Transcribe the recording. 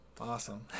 Awesome